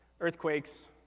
Earthquakes